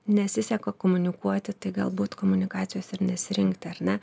nesiseka komunikuoti tai galbūt komunikacijos ir nesirinkti ar ne